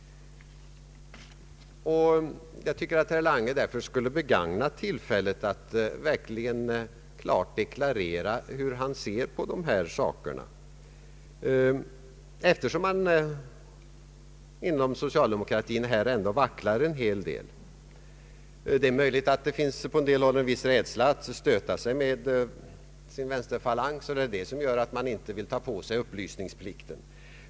Jag tycker därför att herr Lange borde begagna tillfället att klart deklarera hur han ser på dessa saker, eftersom man inom socialdemokratin ändå vacklar en hel del. Det är möjligt att det på en del håll finns en viss rädsla för att stöta sig med vänsterfalangen och att man därför inte vill ta på sig upplysningsplikten.